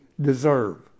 deserve